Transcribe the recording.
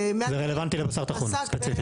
זה רלוונטי לבשר טחון, ספציפית.